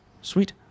Sweet